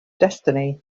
destiny